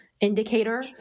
indicator